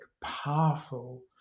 powerful